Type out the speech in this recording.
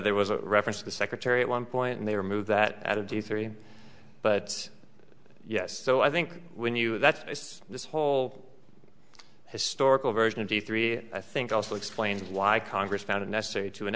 there was a reference to the secretary at one point and they were moved that out of the three but yes so i think when you that's this whole historical version of the three i think also explains why congress found it necessary to